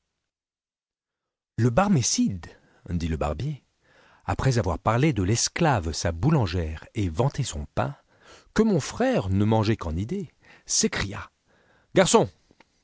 le barmécide dit le barbier après avoir parlé de l'esclave sa boulangère et vanté son pain que mon frère ne mangeait qu'en idée s'écria garçon